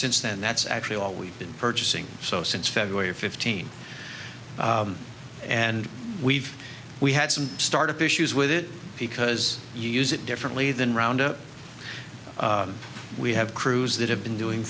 since then that's actually all we've been purchasing so since february fifteenth and we've we had some start of issues with it because you use it differently than round up we have crews that have been doing